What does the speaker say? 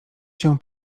się